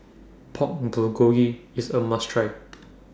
Pork Bulgogi IS A must Try